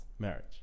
Marriage